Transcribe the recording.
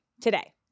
Today